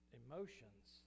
emotions